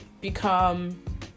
become